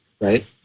right